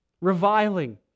reviling